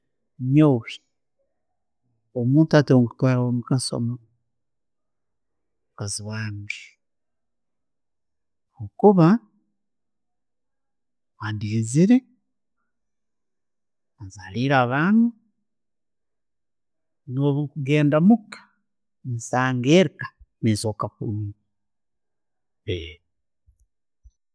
Nyoonwe omuntu gwentwara owo'mugaaso, mukaazi wange, kuba andiiziire, azaaire abaana, nebwekugenda muuka, nsanga enju nezooka kurungi.